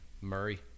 Murray